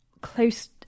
close